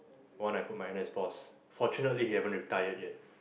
one I put my ex boss fortunately he haven't retired yet